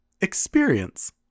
Experience